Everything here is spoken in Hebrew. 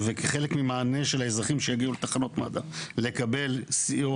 וכחלק ממענה של האזרחים שיגיעו לתחנות מד"א לקבל סיוע,